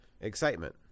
Excitement